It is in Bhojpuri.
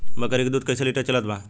बकरी के दूध कइसे लिटर चलत बा?